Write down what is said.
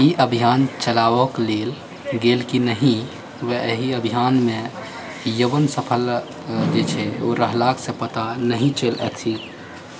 ई अभियान चलाओल गेल कि नहि वा एहि अभियानमे यवन सफल रहलाह से पता नहि चलैत अछि